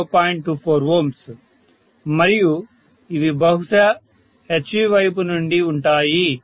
24Ω మరియు ఇవి బహుశా HV వైపు నుండి ఉంటాయి